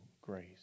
grace